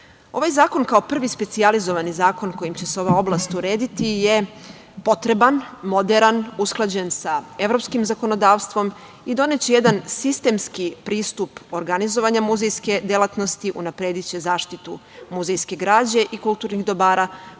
zakon kao prvi specijalizovani zakon kojim će se ova oblast urediti je potreban, moderan, usklađen sa evropskim zakonodavstvom i doneće jedan sistemski pristup organizovanja muzejske delatnosti, unaprediće zaštitu muzejske građe i kulturnih dobara,